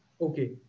Okay